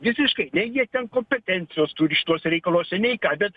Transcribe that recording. visiškai nei jie ten kompetencijos turi šituose reikaluose nei ką bet